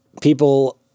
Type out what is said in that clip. people